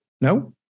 No